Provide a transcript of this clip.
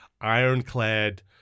ironclad